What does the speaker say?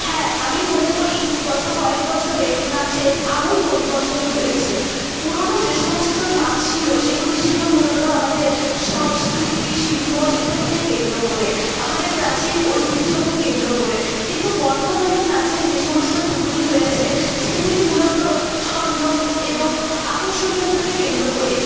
হ্যাঁ আমি মনে করি গত কয়েক বছরে নাচের আমূল পরিবর্তন হয়েছে পুরোনো যে সমস্ত নাচ ছিল সেগুলি ছিল মূলত আমাদের সংস্কৃতি শিল্প ইত্যাদিকে কেন্দ্র করে আমাদের প্রাচীন ঐতিহ্যকে কেন্দ্র করে কিন্তু বর্তমানে নাচের যে সমস্ত দিকগুলি রয়েছে সেগুলি মূলত ছন্দ এবং আকর্ষণীয়তাকে কেন্দ্র করেই